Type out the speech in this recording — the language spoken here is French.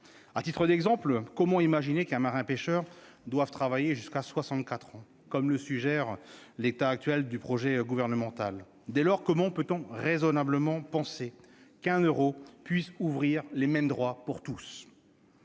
À titre d'exemple, comment imaginer qu'un marin pêcheur doive travailler jusqu'à 64 ans, comme le suggère dans son état actuel le projet du Gouvernement ? Dès lors, comment peut-on raisonnablement penser qu'un euro puisse ouvrir les mêmes droits pour tous ?